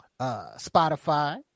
Spotify